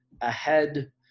ahead